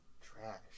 trash